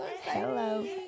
Hello